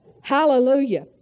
Hallelujah